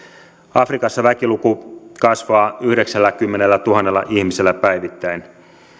afrikassa väkiluku kasvaa yhdeksälläkymmenellätuhannella ihmisellä päivittäin